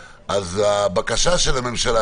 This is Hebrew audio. הבקשה של הממשלה,